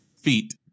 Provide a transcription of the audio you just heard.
feet